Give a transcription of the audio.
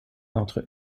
entre